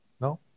No